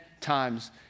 times